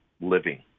living